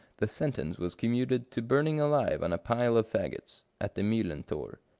the sentence was commuted to burning alive on a pile of faggots, at the mijhlenthor.